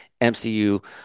MCU